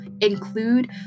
include